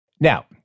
Now